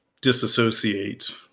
disassociate